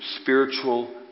spiritual